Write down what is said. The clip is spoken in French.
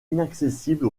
inaccessible